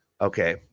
Okay